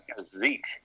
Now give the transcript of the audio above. Zeke